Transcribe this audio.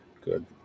good